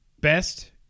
Best